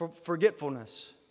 forgetfulness